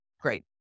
Great